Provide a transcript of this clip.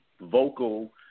vocal